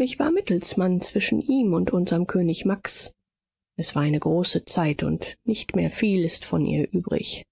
ich war mittelsmann zwischen ihm und unserm könig max es war eine große zeit und nicht mehr viel ist von ihr übrig